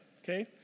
Okay